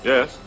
Yes